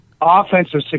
offensive